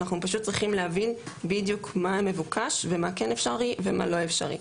אנחנו פשוט צריכים להבין בדיוק מה המבוקש ומה כן אפשרי ומה לא אפשרי,